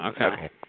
Okay